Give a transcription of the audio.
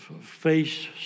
face